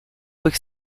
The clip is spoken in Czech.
bych